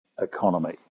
economy